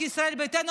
ישראל ביתנו,